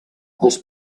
els